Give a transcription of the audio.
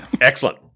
Excellent